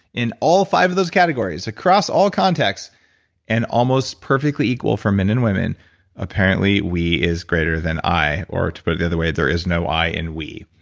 in all five of those categories, across all context and almost perfectly equal for men and women apparently, we is greater than i or, to put it the other way, there is no i in we